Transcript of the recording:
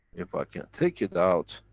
if i can take it out,